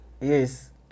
Yes